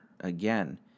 again